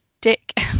Dick